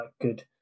good